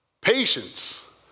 patience